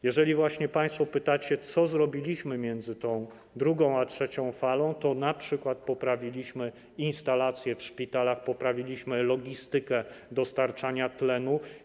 Jeżeli państwo pytacie, co zrobiliśmy między drugą a trzecią falą, to np. poprawiliśmy instalacje w szpitalach, poprawiliśmy logistykę dostarczania tlenu.